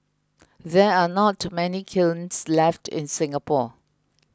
there are not many kilns left in Singapore